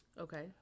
Okay